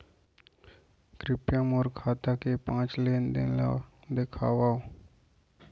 कृपया मोला मोर खाता के पाँच लेन देन ला देखवाव